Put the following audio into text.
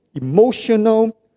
emotional